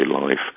life